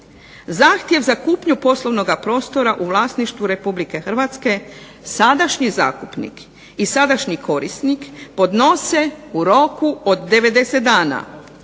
Zahtjev za kupnju poslovnog prostora u vlasništvu RH sadašnji zakupnik i sadašnji korisnik podnose u roku od 90 dana